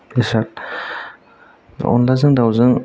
बेसाद बे अनलाजों दाउजों